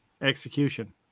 Execution